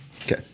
Okay